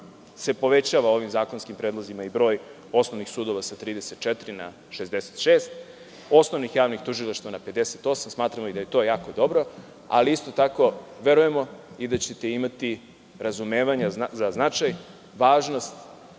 se povećava ovim zakonskim predlozima broj osnovnih sudova sa 34 na 66, osnovnih javnih tužilaštava na 58. Smatramo da je to jako dobro, ali isto tako verujemo da ćete imati razumevanja za značaj, važnost